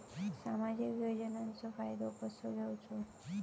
सामाजिक योजनांचो फायदो कसो घेवचो?